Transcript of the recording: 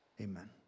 Amen